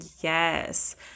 Yes